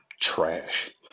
trash